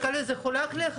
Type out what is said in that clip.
כן,